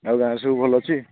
ଆଉ ଗାଁ'ରେ ସବୁ ଭଲ ଅଛି